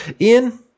Ian